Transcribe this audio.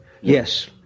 Yes